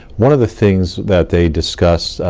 one of the things that they discussed,